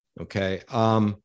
Okay